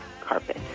carpet